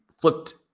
flipped